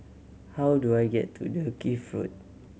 how do I get to Dalkeith Road